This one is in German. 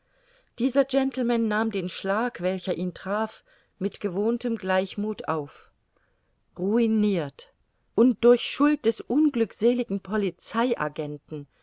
dieser gentleman nahm den schlag welcher ihn traf mit gewohntem gleichmuth auf ruinirt und durch schuld des unglückseligen